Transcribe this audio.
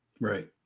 right